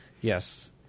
yes